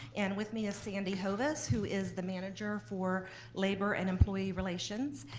and with me is sandy hovis who is the manager for labor and employee relations,